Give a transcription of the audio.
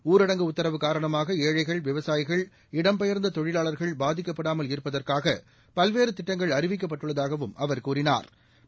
ஊரடங்கு உத்தரவு காரணமாக ஏழைகள் விவசாயிகள் இடம்பெயர்ந்த தொழிலாளர்கள் பாதிக்கப்படாமல் இருப்பதற்காக பல்வேறு திட்டங்கள் அறிவிக்கப்பட்டுள்ளதாகவும் அவா் கூறினாா்